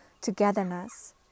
togetherness